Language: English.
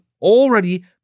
already